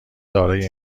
دارای